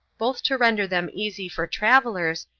both to render them easy for travelers,